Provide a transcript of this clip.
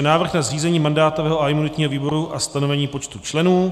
Návrh na zřízení mandátového a imunitního výboru a stanovení počtu členů